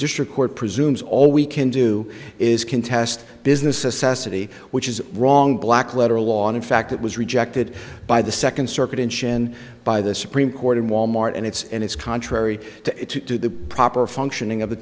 district court presumes all we can do is contest business assessing the which is wrong black letter law in fact that was rejected by the second circuit in cheyenne by the supreme court in wal mart and it's and it's contrary to the proper functioning of the